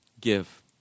Give